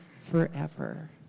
forever